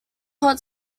hot